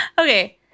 Okay